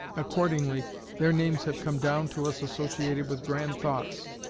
accordingly their names have come down to us associated with grand thoughts,